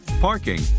parking